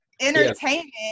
entertainment